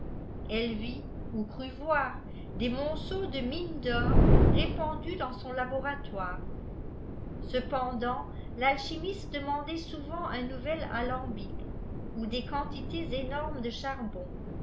elle vit ou crut voir des monceaux de mines d'or répandus dans son laboratoire cependant talchimiste demandait souvent un nouvel alambic ou des quantités énormes de charbon